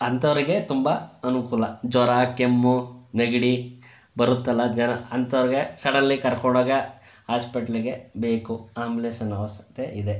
ಅಂಥವ್ರಿಗೆ ತುಂಬ ಅನುಕೂಲ ಜ್ವರ ಕೆಮ್ಮು ನೆಗಡಿ ಬರುತ್ತಲ್ಲ ಜ್ವರ ಅಂಥವ್ರಿಗೆ ಸಡನ್ಲಿ ಕರ್ಕೊಂಡು ಹೋಗಕ್ಕೆ ಹಾಸ್ಪೆಟ್ಲಿಗೆ ಬೇಕು ಆಂಬುಲೆನ್ಸಿನ ಅವಶ್ಯಕತೆ ಇದೆ